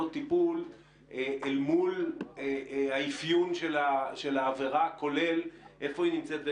טיפול אל מול האפיון של העבירה כולל היכן היא נמצאת.